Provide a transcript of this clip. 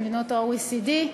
במדינות ה-OECD.